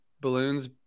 balloons